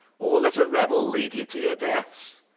or let a rabble leade you to your deaths.